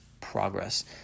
progress